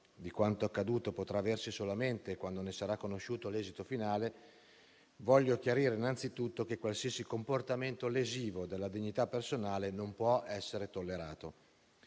di quanto accaduto potrà aversi solamente quando ne sarà conosciuto l'esito finale, voglio chiarire innanzitutto che qualsiasi comportamento lesivo della dignità personale non può essere tollerato.